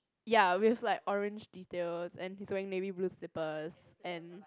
ya with like orange details and he's wearing navy blue slippers and